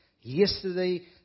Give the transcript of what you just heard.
yesterday